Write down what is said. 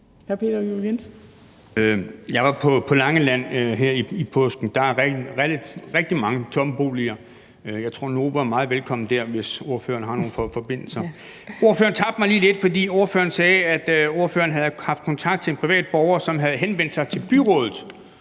Jeg var på Langeland her i påsken. Der er der rigtig mange tomme boliger, og jeg tror, at Novo var meget velkommen der, hvis ordføreren har nogle forbindelser. Ordføreren tabte mig lige lidt, for ordføreren sagde, at ordføreren havde haft kontakt til en privat borger, som havde henvendt sig til byrådet,